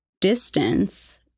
distance